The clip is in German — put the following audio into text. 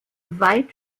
weit